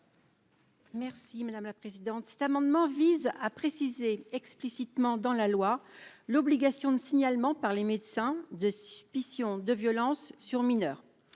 Merci madame la présidente, cet amendement vise à préciser explicitement dans la loi, l'obligation de signalement par les médecins de suspicion de violences sur mineur,